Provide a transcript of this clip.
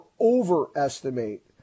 overestimate